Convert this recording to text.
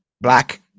black